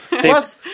Plus